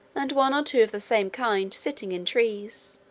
and one or two of the same kind sitting in trees.